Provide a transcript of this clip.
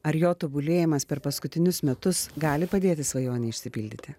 ar jo tobulėjimas per paskutinius metus gali padėti svajonei išsipildyti